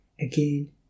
again